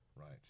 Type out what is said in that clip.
Right